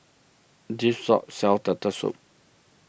this shop sells Turtle Soup